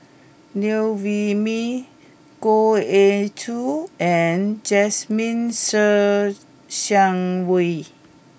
Liew Wee Mee Goh Ee Choo and Jasmine Ser Xiang Wei